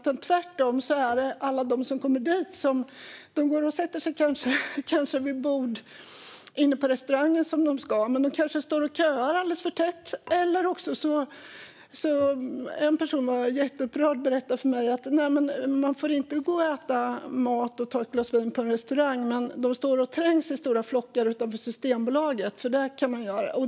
De som kommer till restaurangen går kanske och sätter sig vid borden inne på restaurangen som de ska, men de står kanske och köar alldeles för tätt. En person var jätteupprörd och sa till mig: Nej, man får inte äta mat och ta ett glas vin på en restaurang, men utanför Systembolaget står människor och trängs i stora flockar, så det kan man göra.